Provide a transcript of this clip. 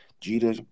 Jeter